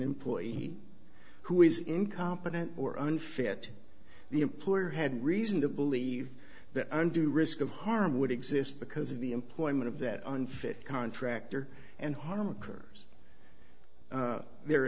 employee who is incompetent or unfit the employer had reason to believe that under risk of harm would exist because of the employment of that unfit contractor and harm a curse there are